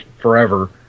forever